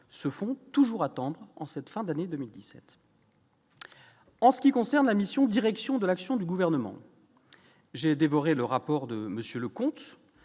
se font toujours attendre en cette fin d'année 2017. En ce qui concerne la mission Direction de l'action du gouvernement j'ai dévoré le rapport de monsieur Leconte